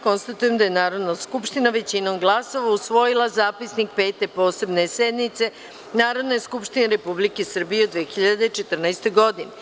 Konstatujem da je Narodna skupština većinom glasova usvojila Zapisnik Pete posebne sednice Narodne skupštine Republike Srbije u 2014. godini.